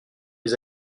les